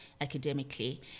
academically